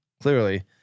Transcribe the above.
clearly